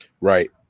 Right